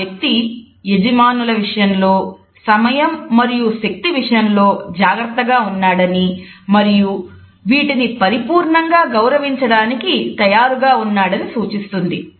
ఆ వ్యక్తి యజమానుల విషయంలో సమయం మరియు శక్తి విషయంలో జాగ్రత్తగా ఉన్నాడని మరియు వీటిని పరిపూర్ణంగా గౌరవించడానికి తయారుగా ఉన్నాడని సూచిస్తుంది